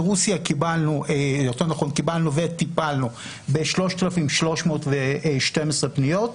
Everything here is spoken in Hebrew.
ברוסיה קיבלנו וטיפלנו ב-3,312 פניות.